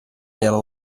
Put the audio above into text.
dela